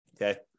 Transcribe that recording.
Okay